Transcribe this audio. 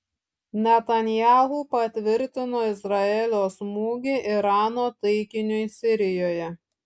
netanyahu patvirtino izraelio smūgį irano taikiniui sirijoje